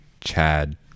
Chad